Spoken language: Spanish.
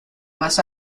más